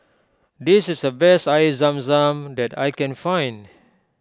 this is the best Air Zam Zam that I can find